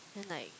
then like